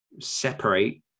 separate